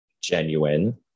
genuine